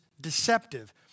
deceptive